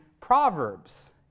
Proverbs